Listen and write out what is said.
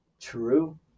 True